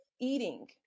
eating